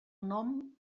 nom